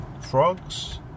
frogs